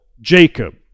Jacob